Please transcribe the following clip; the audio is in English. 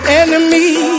enemy